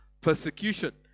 persecution